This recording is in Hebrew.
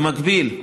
במקביל,